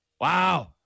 wow